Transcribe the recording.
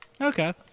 Okay